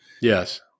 Yes